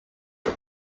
are